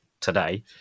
Today